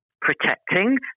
protecting